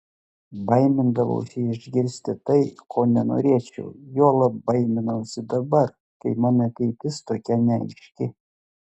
baimindavausi išgirsti tai ko nenorėčiau juolab baiminausi dabar kai mano ateitis tokia neaiški